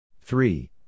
Three